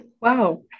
Wow